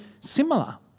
similar